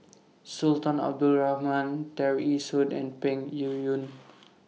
Sultan Abdul Rahman Tear Ee Soon and Peng Yuyun